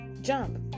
Jump